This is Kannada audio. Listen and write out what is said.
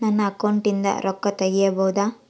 ನನ್ನ ಅಕೌಂಟಿಂದ ರೊಕ್ಕ ತಗಿಬಹುದಾ?